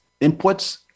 inputs